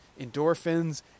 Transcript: endorphins